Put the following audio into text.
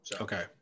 Okay